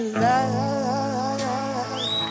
love